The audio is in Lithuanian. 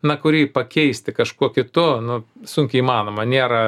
na kurį pakeisti kažkuo kitu nu sunkiai įmanoma nėra